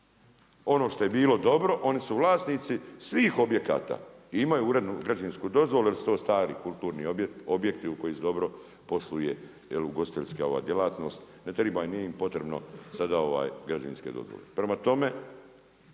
Ono što je bilo dobro, oni su vlasnici svih objekata, imaju urednu građevinsku dozvolu jer su to stari kulturni objekti koji dobro posluje, ugostiteljska djelatnost, nije im potrebno sada građevinske dozvole. Prema tome,